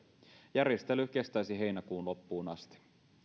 järjestely kestäisi heinäkuun loppuun asti